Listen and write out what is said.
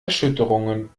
erschütterungen